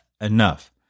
enough